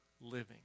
living